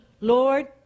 Lord